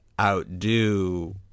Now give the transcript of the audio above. outdo